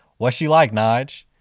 what's she like nyge?